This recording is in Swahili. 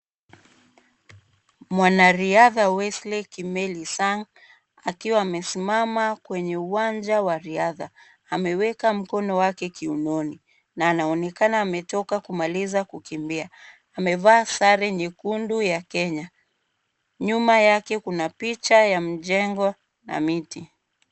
Mwanariadha Wesley Kimeli Sang, akiwa amesimama kwenye uwanja wa riadha. Ameweka mkono wake kiunoni na anaonekana ametoka kumaliza kukimbia. Amevaa sare nyekundu ya Kenya. Nyuma yake kuna picha ya mjengo na miti.